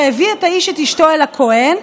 והביא האיש את אשתו אל הכהן,